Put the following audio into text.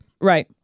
right